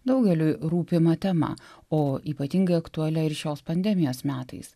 daugeliui rūpima tema o ypatingai aktualia ir šios pandemijos metais